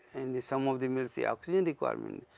and the some of the mills the oxygen requirement.